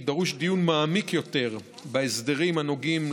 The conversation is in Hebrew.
כי דרוש דיון מעמיק יותר בהסדרים הנוגעים